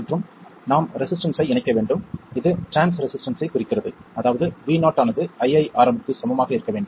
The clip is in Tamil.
மற்றும் நாம் ரெசிஸ்டன்ஸ்ஸை இணைக்க வேண்டும் இது டிரான்ஸ் ரெசிஸ்டன்ஸ்ஸைக் குறிக்கிறது அதாவது VO ஆனது iiRm க்கு சமமாக இருக்க வேண்டும்